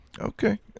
Okay